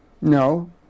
no